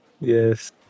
Yes